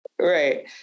right